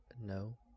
No